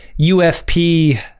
ufp